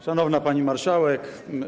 Szanowna Pani Marszałek!